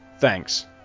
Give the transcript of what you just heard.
Thanks